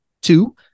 Two